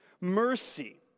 Mercy